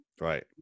Right